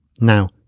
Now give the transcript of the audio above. Now